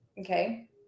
okay